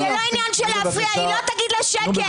היא לא תאמר לה שקט.